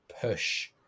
push